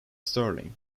sterling